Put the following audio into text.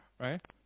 right